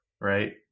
right